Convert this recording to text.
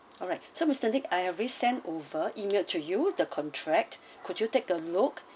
alright so mister nick I have resend over emailed to you the contract could you take a look